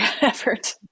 effort